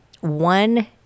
one